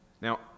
Now